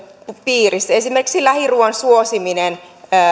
piirissä esimerkiksi lähiruuan suosimista